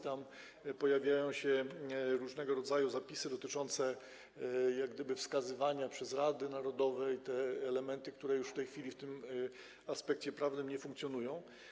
Tam pojawiają się różnego rodzaju zapisy dotyczące jak gdyby wskazywania przez rady narodowe i te elementy, które już w tej chwili w tym aspekcie prawnym nie funkcjonują.